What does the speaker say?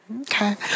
okay